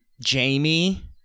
Jamie